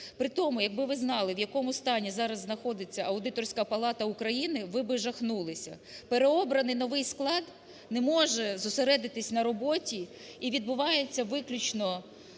При тому якби ви знали в якому стані зараз знаходиться Аудиторська палата України ви б жахнулися. Переобраний новий склад не може зосередитись на роботі і відбувається виключна